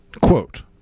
Quote